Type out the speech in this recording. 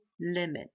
limit